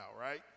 Right